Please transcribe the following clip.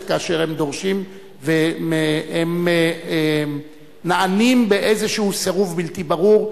כאשר הם דורשים והם נענים באיזה סירוב בלתי ברור.